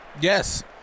Yes